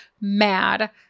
mad